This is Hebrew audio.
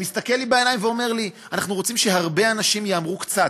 מסתכל לי בעיניים ואומר לי: אנחנו רוצים שהרבה אנשים יהמרו קצת.